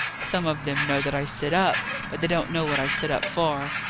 some of them know that i sit up but they don't know what i sit up for.